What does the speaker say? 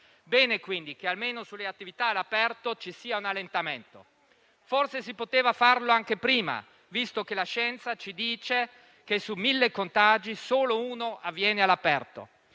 bene, quindi, che almeno sulle attività all'aperto ci sia un allentamento. Forse si poteva farlo anche prima, visto che la scienza ci dice che su 1.000 contagi solo uno avviene all'aperto.